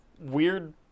weird